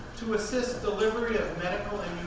to assist delivery of medical and